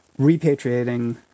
repatriating